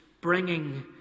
bringing